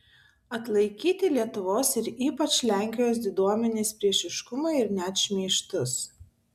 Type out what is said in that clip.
atlaikyti lietuvos ir ypač lenkijos diduomenės priešiškumą ir net šmeižtus